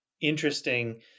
interesting